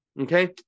Okay